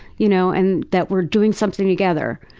you know, and that we're doing something together.